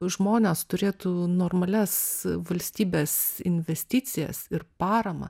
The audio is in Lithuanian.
žmonės turėtų normalias valstybės investicijas ir paramą